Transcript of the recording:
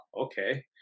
okay